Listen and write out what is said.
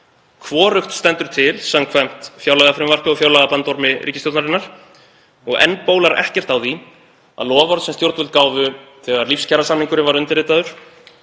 Hvorugt stendur til samkvæmt fjárlagafrumvarpi og fjárlagabandormi ríkisstjórnarinnar og enn bólar ekkert á því að loforð sem stjórnvöld gáfu þegar lífskjarasamningurinn var undirritaður,